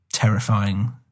terrifying